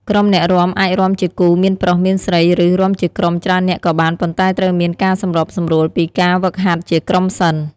ក្រុមអ្នករាំអាចរាំជាគូមានប្រុស មានស្រី ឬ រាំជាក្រុមច្រើននាក់ក៏បាន ប៉ុន្តែត្រូវមានការសម្របសម្រួលពីការហ្វឹកហាត់ជាក្រុមសិន។